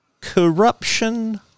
corruption